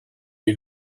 you